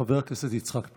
חבר הכנסת יצחק פינדרוס.